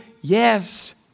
Yes